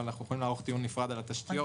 אנחנו יכולים לערוך דיון נפרד על התשתיות,